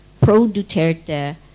pro-Duterte